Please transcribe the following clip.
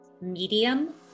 medium